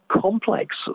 complex